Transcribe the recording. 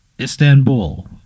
Istanbul